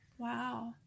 Wow